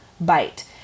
bite